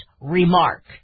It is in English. remark